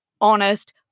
honest